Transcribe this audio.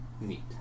Neat